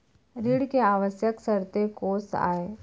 ऋण के आवश्यक शर्तें कोस आय?